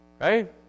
Right